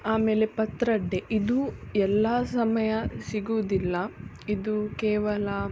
ಆಮೇಲೆ ಪತ್ರೊಡೆ ಇದು ಎಲ್ಲ ಸಮಯ ಸಿಗುವುದಿಲ್ಲ ಇದು ಕೇವಲ